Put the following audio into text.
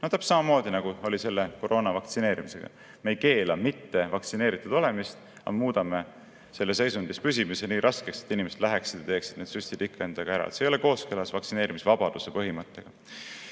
Täpselt samamoodi, nagu oli koroona vastu vaktsineerimisega. Me ei keela olla vaktsineerimata, aga muudame selles seisundis püsimise nii raskeks, et inimesed lähevad ja teevad need süstid ikka endale ära. See ei ole kooskõlas vaktsineerimisvabaduse põhimõttega.